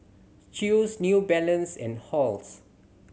Chew's New Balance and Halls